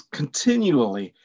continually